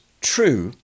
true